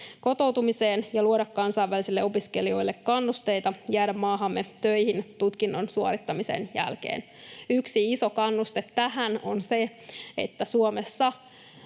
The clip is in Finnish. kotoutumiseen ja luoda kansainvälisille opiskelijoille kannusteita jäädä maahamme töihin tutkinnon suorittamisen jälkeen. Yksi iso kannuste tähän on se, että Suomessa